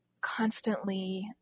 constantly